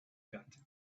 got